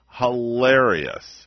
hilarious